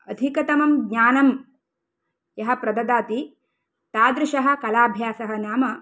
अधिकतमं ज्ञानं यः प्रददाति तादृशः कलाभ्यासः नाम